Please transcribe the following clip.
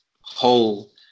whole